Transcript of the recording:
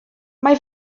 mae